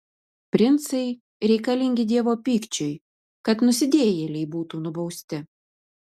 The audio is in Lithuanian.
princai reikalingi dievo pykčiui kad nusidėjėliai būtų nubausti